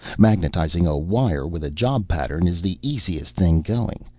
magnetizing a wire with a job pattern is the easiest thing going.